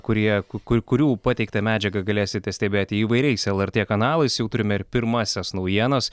kurie ku ku kurių pateiktą medžiagą galėsite stebėti įvairiais lrt kanalais jau turime ir pirmąsias naujienas